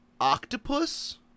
octopus